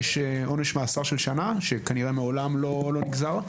יש עונש מאסר של שנה, שכנראה מעולם לא נגזר.